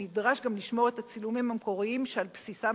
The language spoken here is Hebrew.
שנדרש גם לשמור את הצילומים המקוריים שעל בסיסם